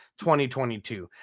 2022